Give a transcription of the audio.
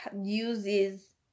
uses